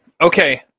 Okay